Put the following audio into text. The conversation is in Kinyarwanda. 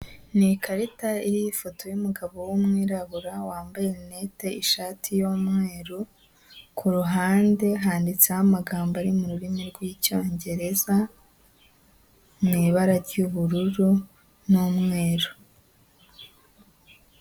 Ni ikarita iriho ifoto y'umugabo w'umwirabura wambaye linete, ishati y'umweru, kuruhande handitseho amagambo ari mu rurimi rw'Icyongereza mu ibara ry'ubururu n'umweru.